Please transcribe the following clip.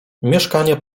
mieszkanie